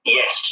Yes